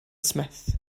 smith